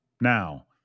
Now